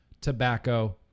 tobacco